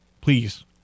Please